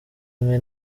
imwe